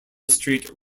street